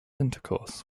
intercourse